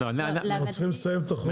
אנחנו צריכים לסיים את החוק.